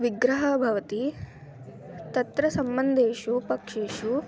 विग्रहः भवति तत्र सम्बन्धेषु पक्षेषु